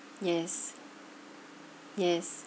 yes yes